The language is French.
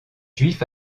juifs